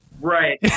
right